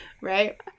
Right